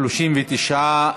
39,